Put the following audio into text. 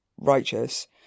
righteous